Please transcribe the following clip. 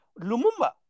Lumumba